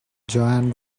joan